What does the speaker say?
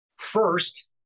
First